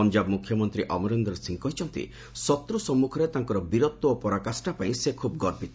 ପଞ୍ଜାବ ମ୍ରଖ୍ୟମନ୍ତ୍ରୀ ଅମରିନ୍ଦର ସିଂ କହିଛନ୍ତି ଶତ୍ର ସାମ୍ନାରେ ତାଙ୍କର ବୀରତ୍ୱ ଓ ପରାକାଷାପାଇଁ ସେ ଖୁବ୍ ଗର୍ବିତ